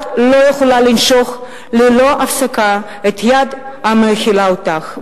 את לא יכולה לנשוך ללא הפסקה את היד המאכילה אותך,